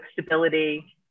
stability